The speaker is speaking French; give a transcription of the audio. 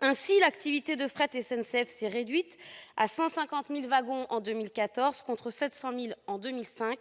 Ainsi, l'activité de Fret SNCF s'est réduite à 150 000 wagons en 2014, contre 700 000 en 2005.